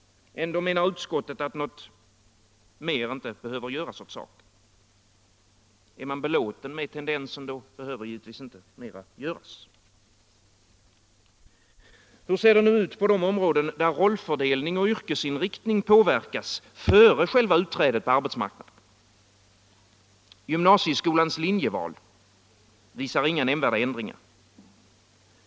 Ändå menar utskottet att något mer inte behöver göras åt saken. Ja, är man belåten med tendensen behöver givetvis inget mer göras. Hur ser det ut på de områden där rollfördelning och yrkesinriktning påverkas före själva utträdet på arbetsmarknaden? Gymnasieskolans linjeval visar inga nämnvärda ändringar.